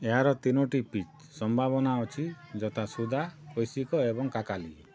ଏହାର ତିନୋଟି ପିଚ୍ ସମ୍ଭାବନା ଅଛି ଯଥା ସୁଧା କୈସିକି ଏବଂ କାକାଲି